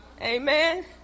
Amen